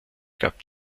gab